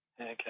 Okay